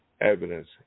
evidence